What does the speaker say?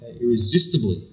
irresistibly